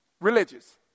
Religious